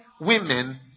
women